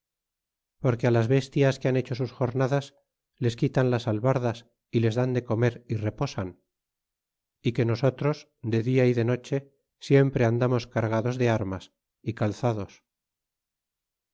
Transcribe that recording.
porque las bestias que han hecho sus jornadas les quitan las albardas y les dan de comer y reposan y que nosotros de dia y de noche siempre andamos cargados de armas y calzados